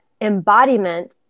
embodiment